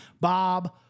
Bob